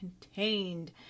contained